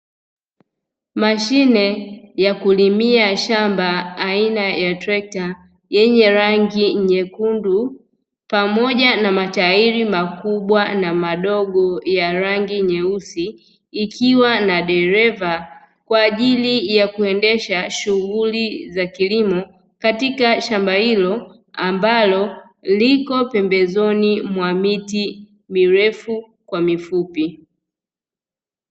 Mashine ya kulimia shamba aina ya trekta yenye rangi nyekundu pamoja na matairi makubwa na madogo ya rangi nyeusi, ikiwa na dereva kwa ajili ya kuendesha shughuli za kilimo katika shamba hilo ambalo lipo pembezoni mwa miti mirefu kwa mifupi.